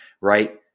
right